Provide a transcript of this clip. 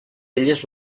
elles